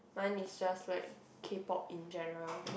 my is just like K-Pop in general cause